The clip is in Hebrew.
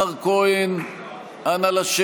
ככל הנראה אני לא